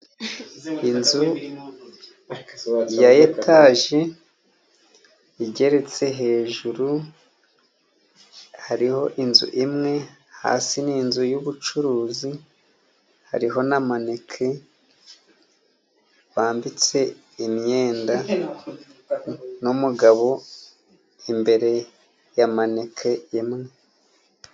Inzu ya etaje igeretse hejuru, hariho inzu imwe, hasi nzu y'ubucuruzi, hariho na amaneke bambitse imyenda, n'umugabo imbere ya maneke imwe.